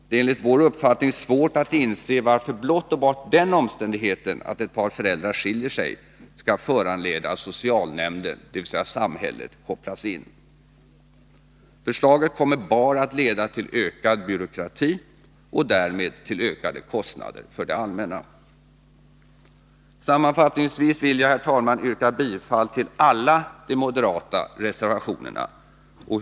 Det är enligt vår uppfattning svårt att inse varför blott och bart den omständigheten att ett par föräldrar skiljer sig skall föranleda att socialnämnden, dvs. samhället, kopplas in. Förslaget kommer bara att leda till ökad byråkrati och därmed till ökade kostnader för det allmänna. Sammanfattningsvis vill jag, herr talman, yrka bifall till alla de moderata reservationerna.